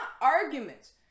arguments